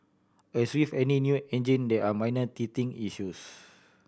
as with any new engine there are minor teething issues